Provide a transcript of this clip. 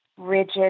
rigid